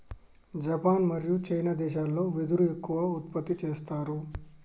Japan మరియు China దేశాలల్లో వెదురు ఎక్కువ ఉత్పత్తి చేస్తారు